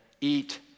eat